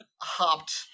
hopped